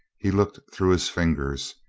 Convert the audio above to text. he looked through his fingers.